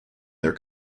their